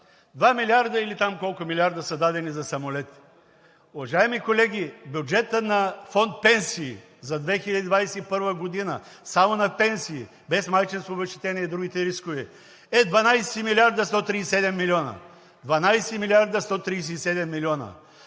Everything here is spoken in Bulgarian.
милиарда или там колко милиарда са дадени за самолети. Уважаеми колеги, бюджетът на фонд „Пенсии“ за 2021 г. – само на пенсии, без майчинско обезщетение и другите рискови, е 12 млрд. 137 млн. – 12 млрд. 137 млн.!